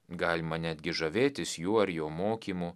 galima netgi žavėtis juo ar jo mokymu